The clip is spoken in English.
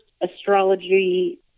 astrology